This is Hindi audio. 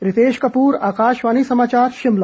रितेश कपूरआकाशवाणी समाचार शिमला